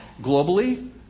globally